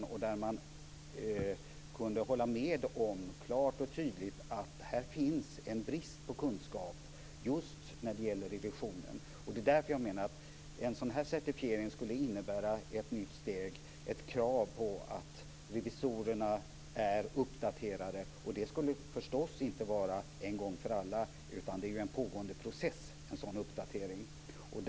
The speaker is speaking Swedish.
Man höll klart och tydligt med om att det finns en brist på kunskap just när det gäller revisionen. Det är därför som jag menar att en sådan här certifiering skulle innebära ett nytt steg, ett krav på att revisorerna skall vara uppdaterade. Det skulle förstås inte vara en gång för alla, utan en sådan uppdatering är ju en pågående process.